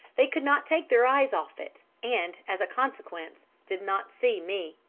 they could not take their eyes off it, and, as a consequence, did not see me.